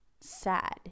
sad